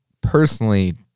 personally